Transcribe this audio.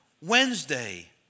Wednesday